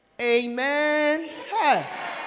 Amen